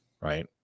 Right